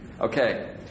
Okay